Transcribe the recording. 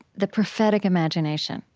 the prophetic imagination,